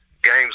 games